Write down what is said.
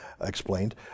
explained